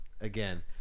again